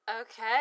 Okay